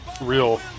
Real